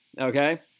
okay